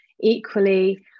equally